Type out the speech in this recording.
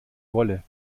wolle